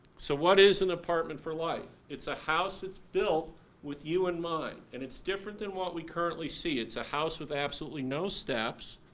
so what is an apartment for life? it's a house that's built with you in mind. and it's different than what we currently see. it's a house with absolutely no steps,